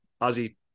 Ozzy